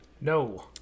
No